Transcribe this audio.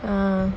err